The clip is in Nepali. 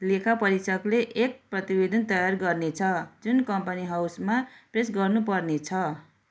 लेखा परीक्षकले एक प्रतिवेदन तयार गर्नेछ जुन कम्पनी हाउसमा पेस गर्नुपर्नेछ